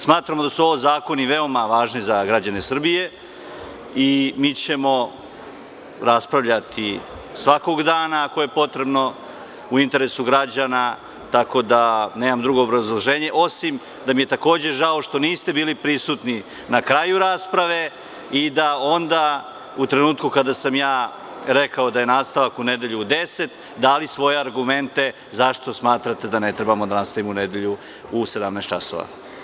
Smatramo da su ovi zakoni veoma važni za građane Srbije i mi ćemo raspravljati svakog dana, ako je potrebno, u interesu građana, tako da nemam drugo obrazloženje, osim da mi je takođe žao što niste bili prisutni na kraju rasprave i da onda u trenutku kada sam ja rekao da je nastavak u nedelju u 10,00 dali svoje argumente zašto smatrate da ne trebamo da nastavimo u nedelju u 17,00 časova.